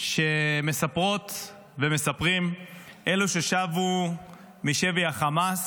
שמספרות ומספרים אלה ששבו משבי החמאס.